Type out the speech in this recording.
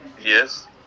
Yes